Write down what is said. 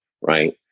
right